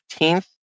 15th